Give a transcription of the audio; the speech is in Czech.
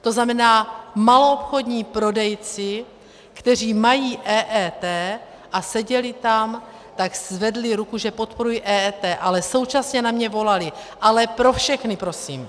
To znamená, maloobchodní prodejci, kteří mají EET a seděli tam, tak zvedli ruku, že podporují EET, ale současně na mě volali: Ale pro všechny prosím!